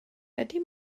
ydy